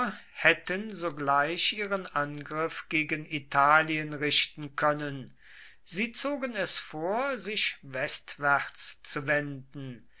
hätten sogleich ihren angriff gegen italien richten können sie zogen es vor sich westwärts zu wenden